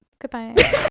Goodbye